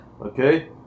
Okay